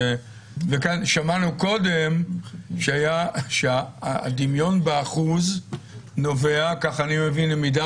וכאן שמענו קודם שהדמיון באחוז נובע ככה אני מבין במידה